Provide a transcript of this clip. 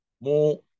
More